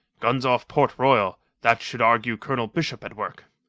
guns off port royal. that should argue colonel bishop at work.